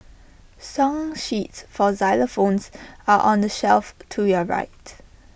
song sheets for xylophones are on the shelf to your right